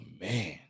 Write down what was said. man